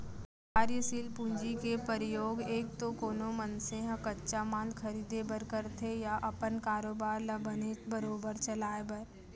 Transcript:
कारयसील पूंजी के परयोग एक तो कोनो मनसे ह कच्चा माल खरीदें बर करथे या अपन कारोबार ल बने बरोबर चलाय बर